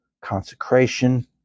consecration